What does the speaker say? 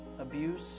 abuse